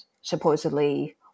supposedly